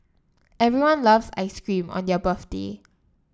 everyone loves ice cream on their birthday